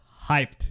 hyped